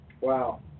Wow